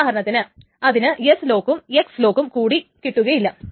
ഉദാഹരണത്തിന് അതിന് S ലോക്കും X ലോക്ക് ഉം കൂടി കിട്ടുകയില്ല